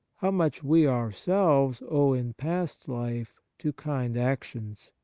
how much we ourselves owe in past life to kind actions.